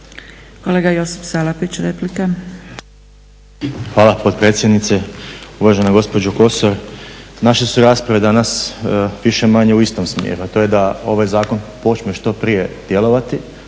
Josip (HDSSB)** Hvala potpredsjednice. Uvažena gospođo Kosor, naše su rasprave danas više-manje u istom smjeru, a to je da ovaj zakon počne što prije djelovati